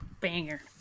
Banger